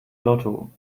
lotto